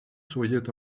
souriait